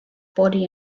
body